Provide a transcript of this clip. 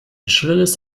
schrilles